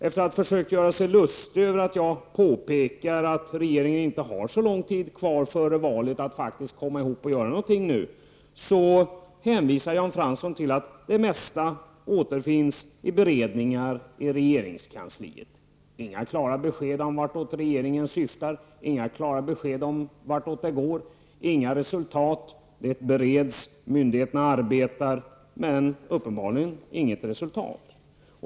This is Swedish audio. Efter att ha försökt göra sig lustig över mitt påpekande om att regeringen faktiskt inte har så lång tid på sig att göra någonting före valet hänvisar Jan Fransson till att det mesta återfinns i beredningar inom regeringskansliet. Inga klara besked ges om regeringens syften. Inga klara besked ges om vart det bär hän. Inga resultat. Det bereds; myndigheterna arbetar -- men uppenbarligen utan resultat.